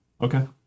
Okay